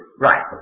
Right